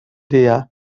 dia